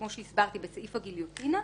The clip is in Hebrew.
כמו שהסברתי בסעיף הגיליוטינה,